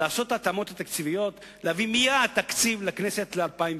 לעשות התאמות תקציביות ולהביא מייד תקציב ל-2009.